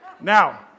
now